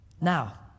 Now